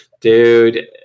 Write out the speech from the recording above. dude